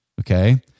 okay